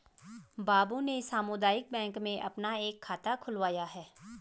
बाबू ने सामुदायिक बैंक में अपना एक खाता खुलवाया है